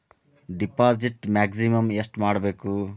Deposit maximum ಎಷ್ಟು ಮಾಡಬೇಕು?